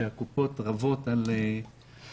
כלומר שהקופות רבות על מבוטחים,